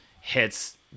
hits